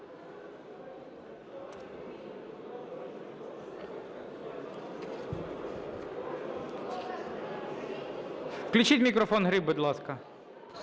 Включіть мікрофон, Гриб, будь ласка.